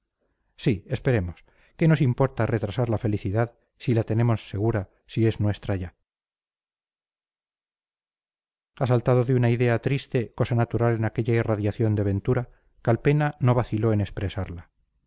sí esperemos qué nos importa retrasar la felicidad si la tenemos segura si es nuestra ya asaltado de una idea triste cosa natural en aquella irradiación de ventura calpena no vaciló en expresarla